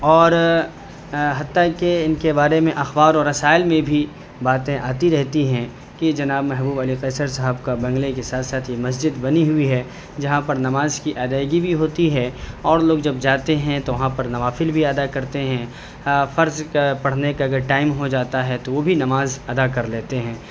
اور حتیٰ کہ ان کے بارے میں اخبار و رسائل میں بھی باتیں آتی رہتی ہیں کہ جناب محبوب علی قیصر صاحب کا بنگلے کے ساتھ ساتھ یہ مسجد بنی ہوئی ہے جہاں پر نماز کی ادائیگی بھی ہوتی ہے اور لوگ جب جاتے ہیں تو وہاں پر نوافل بھی ادا کرتے ہیں فرض پڑھنے کا اگر ٹائم ہو جاتا ہے تو وہ بھی نماز ادا کر لیتے ہیں